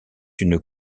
une